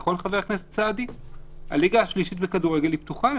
כגון הפיכת מדינות לאדומות כדי שכל החולים ייכנסו לבידוד,